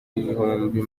y’ibihumbi